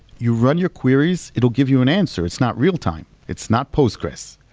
you run your queries, it'll give you an answer. it's not real-time. it's not postgresql,